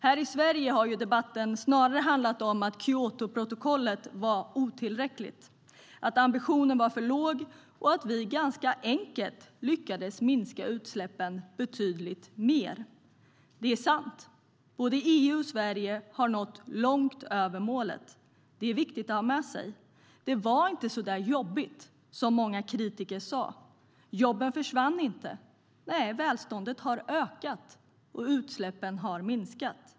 Här i Sverige har debatten snarast handlat om att Kyotoprotokollet var otillräckligt - att ambitionen var för låg och att vi ganska enkelt lyckats minska utsläppen betydligt mer. Det är sant; både EU och Sverige har nått långt över målet. Det är viktigt att ha med sig. Det var inte så jobbigt som många kritiker sa, och jobben försvann inte. Nej, välståndet har ökat, och utsläppen har minskat.